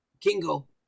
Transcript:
Kingo